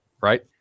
right